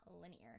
linear